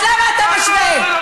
אז למה אתה משווה?